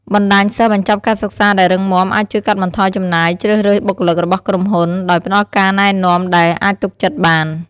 បណ្តាញសិស្សបញ្ចប់ការសិក្សាដែលរឹងមាំ អាចជួយកាត់បន្ថយចំណាយជ្រើសរើសបុគ្គលិករបស់ក្រុមហ៊ុន ដោយផ្តល់ការណែនាំដែលអាចទុកចិត្តបាន។